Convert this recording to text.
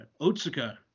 Otsuka